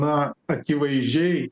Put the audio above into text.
na akivaizdžiai